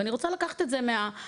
ואני רוצה לקחת את זה מה- 'אה,